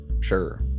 sure